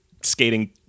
skating